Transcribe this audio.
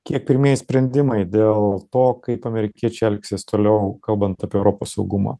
kiek pirmieji sprendimai dėl to kaip amerikiečiai elgsis toliau kalbant apie europos saugumą